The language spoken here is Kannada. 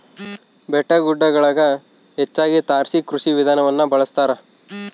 ಬೆಟ್ಟಗುಡ್ಡಗುಳಗ ಹೆಚ್ಚಾಗಿ ತಾರಸಿ ಕೃಷಿ ವಿಧಾನವನ್ನ ಬಳಸತಾರ